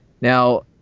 Now